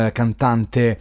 cantante